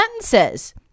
sentences